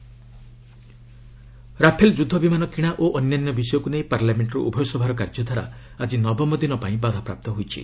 overall parliament Rafale ଯୁଦ୍ଧ ବିମାନ କିଣା ଓ ଅନ୍ୟାନ୍ୟ ବିଷୟକୁ ନେଇ ପାର୍ଲାମେଣ୍ଟର ଉଭୟ ସଭାର କାର୍ଯ୍ୟଧାରା ଆଜି ନବମ ଦିନ ପାଇଁ ବାଧାପ୍ରାପ୍ତ ହୋଇଛି